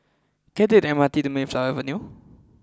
can I take the M R T to Mayflower Avenue